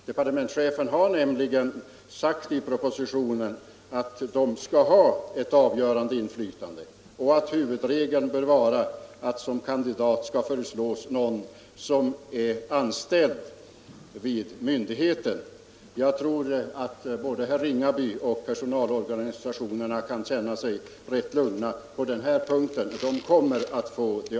Departementschefen har nämligen sagt i propositionen att de skall ha ett avgörande inflytande och att huvudregeln bör vara att som kandidat skall föreslås någon som är anställd vid myndigheten. Jag tror därför att både herr Ringaby och personalorganisationerna kan känna sig lugna på den här punkten.